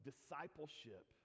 discipleship